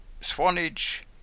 Swanage